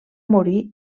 morir